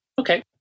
Okay